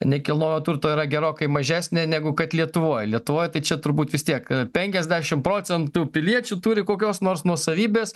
nekilnojamo turto yra gerokai mažesnė negu kad lietuvoj lietuvoj čia turbūt vis tiek penkiasdešim procentų piliečių turi kokios nors nuosavybės